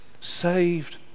saved